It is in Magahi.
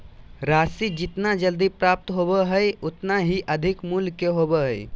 राशि जितना जल्दी प्राप्त होबो हइ उतना ही अधिक मूल्य के होबो हइ